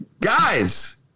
guys